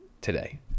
today